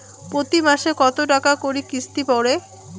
প্রতি মাসে কতো টাকা করি কিস্তি পরে?